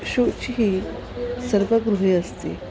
शुचिः सर्वगृहे अस्ति